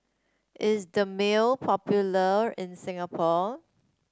is Dermale popular in Singapore